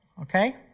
Okay